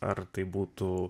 ar tai būtų